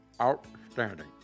Outstanding